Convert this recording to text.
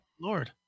Lord